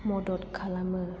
मदद खालामो